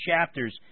chapters